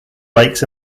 lakes